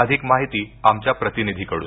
अधिक माहिती आमच्या प्रतिनिधीकडून